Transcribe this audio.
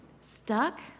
stuck